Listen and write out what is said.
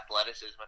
athleticism